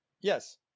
yes